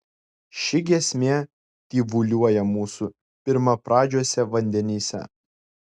ši giesmė tyvuliuoja mūsų pirmapradžiuose vandenyse